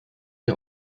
der